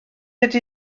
ydy